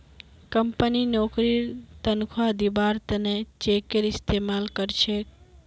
company नौकरीर तन्ख्वाह दिबार त न चेकेर इस्तमाल कर छेक